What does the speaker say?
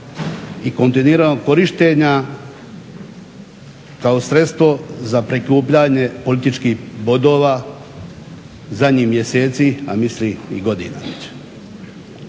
i kontinuiranog korištenja kao sredstvo za prikupljanje političkih bodova zadnjih mjeseci, a mislim i godina već.